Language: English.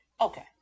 Okay